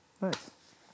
Nice